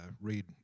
read